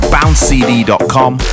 BounceCD.com